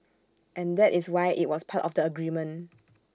and that is why IT was part of the agreement